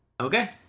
Okay